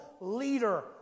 leader